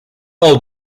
all